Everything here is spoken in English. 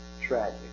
tragic